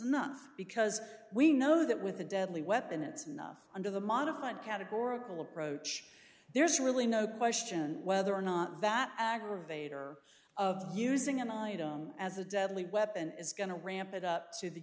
not because we know that with a deadly weapon it's enough under the modified categorical approach there's really no question whether or not that aggravator of using an item as a deadly weapon is going to ramp it up to the